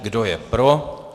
Kdo je pro?